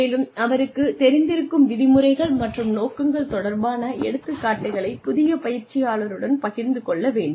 மேலும் அவருக்குத் தெரிந்திருக்கும் விதிமுறைகள் மற்றும் நோக்கங்கள் தொடர்பான எடுத்துக்காட்டுகளை புதிய பயிற்சியாளருடன் பகிர்ந்து கொள்ள வேண்டும்